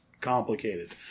complicated